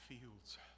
fields